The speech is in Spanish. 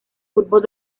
fútbol